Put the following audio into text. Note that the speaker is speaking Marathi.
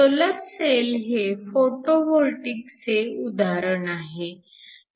सोलर सेल हे फोटोवोल्टीकचे उदाहरण आहे